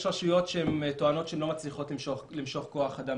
יש רשויות שטוענות שהן לא מצליחות למשוך כוח אדם